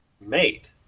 made